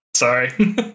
Sorry